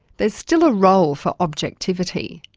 there's still a role for objectivity.